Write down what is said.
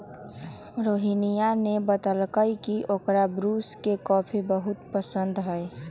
रोहिनीया ने बतल कई की ओकरा ब्रू के कॉफी बहुत पसंद हई